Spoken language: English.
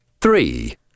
Three